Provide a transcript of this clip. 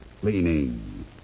cleaning